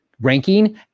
ranking